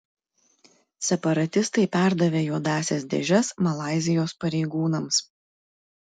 separatistai perdavė juodąsias dėžes malaizijos pareigūnams